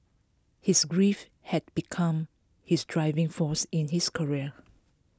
his grief had become his driving force in his career